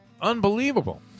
Unbelievable